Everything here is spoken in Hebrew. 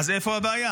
אז איפה הבעיה?